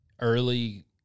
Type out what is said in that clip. early